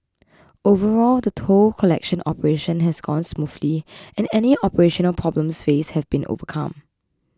overall the toll collection operation has gone smoothly and any operational problems faced have been overcome